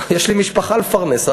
יש לי משפחה לפרנס.